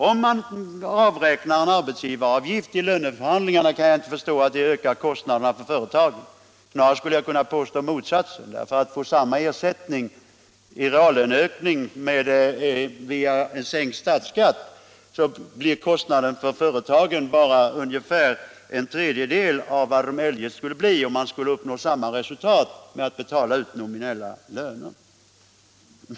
Om man avräknar en arbetsgivaravgift i löneförhandlingarna, kan jag inte förstå att det ökar kostnaderna för företagen. Jag skulle i stället kunna påstå motsatsen. Vid en reallöneökning via sänkt statsskatt blir kostnaden för företagen bara ungefär en tredjedel av vad den eljest skulle bli om man ville uppnå samma resultat via nominella lönehöjningar.